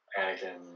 Anakin